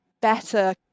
better